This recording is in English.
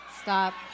Stop